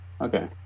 Okay